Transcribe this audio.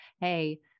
hey